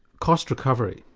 cost recovery.